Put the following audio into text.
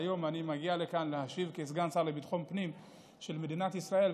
שהיום אני מגיע לכאן להשיב כסגן השר לביטחון הפנים של מדינת ישראל,